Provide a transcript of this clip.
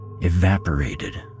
evaporated